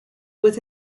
with